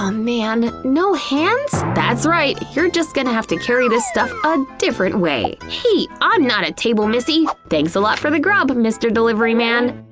um man, no hands? that's right, you're just gonna have to carry this stuff a different way! hey! i'm not a table, missy! thanks a lot for the grub, mister delivery man!